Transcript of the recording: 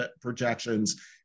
projections